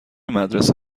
مدرسه